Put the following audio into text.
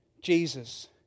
Jesus